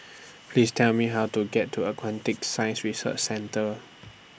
Please Tell Me How to get to Aquatic Science Research Centre